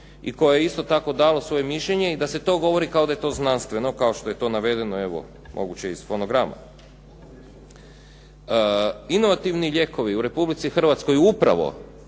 i koje je isto tako dalo svoje mišljenje i da se to govori kao da je to znanstveno kao što je to navedeno moguće iz fonograma. Inovativni lijekovi u Republici Hrvatskoj upravo